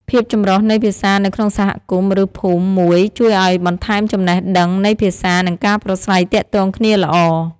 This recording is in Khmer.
ភាពចម្រុះនៃភាសានៅក្នុងសហគមន៍ ឬ ភូមិមួយជួយឱ្យបន្ថែមចំណេះដឹងនៃភាសា និងការប្រាស្រ័យទាក់ទងគ្នាល្អ។